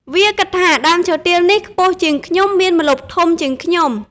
វាគិតថា៖ "ដើមឈើទាលនេះខ្ពស់ជាងខ្ញុំ មានម្លប់ធំជាងខ្ញុំ។